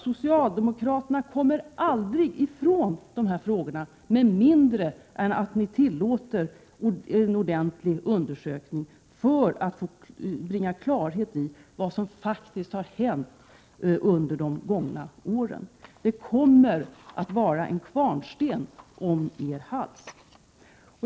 Socialdemokraterna kommer aldrig ifrån de här sakerna med mindre än att de tillåter en ordentlig undersökning för att bringa klarhet i vad som faktiskt har hänt under de gångna åren. Det kommer att vara en kvarnsten om er hals.